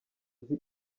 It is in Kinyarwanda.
uzi